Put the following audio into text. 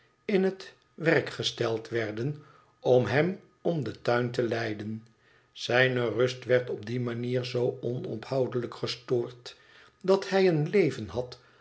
in het werd gesteld werden om hem om den tuin te leiden zijne rust werd op die manier zoo onophoudelijk gestoord dat hij een leven had